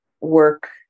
work